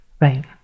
Right